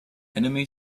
enemy